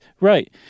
Right